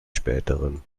späteren